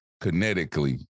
kinetically